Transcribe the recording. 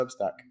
Substack